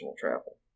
travel